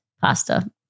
Pasta